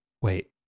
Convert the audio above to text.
wait